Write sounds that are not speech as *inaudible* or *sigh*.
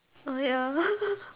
oh ya *laughs*